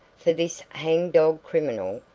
for this hang-dog criminal,